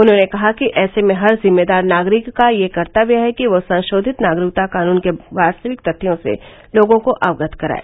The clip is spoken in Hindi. उन्होंने कहा कि ऐसे में हर जिम्मेदार नागरिक का यह कर्तव्य है कि वह संशोधित नागरिकता कानून के वास्तविक तथ्यों से लोगों को अवगत कराए